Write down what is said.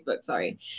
Sorry